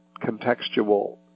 contextual